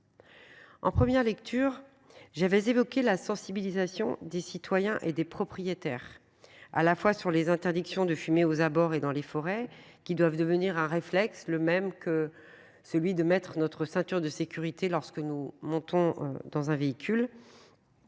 En première lecture. J'avais évoqué la sensibilisation des citoyens et des propriétaires. À la fois sur les interdictions de fumer aux abords et dans les forêts qui doivent devenir un réflexe, le même que celui de mettre notre ceinture de sécurité lorsque nous montons dans un véhicule.